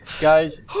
Guys